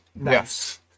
yes